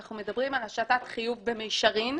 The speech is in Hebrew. אנחנו מדברים על השתת חיוב במישרין,